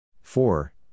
four